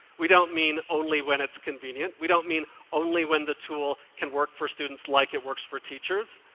we don't mean only when it's convenient. we don't mean only when the tool can work for students like it works for teachers.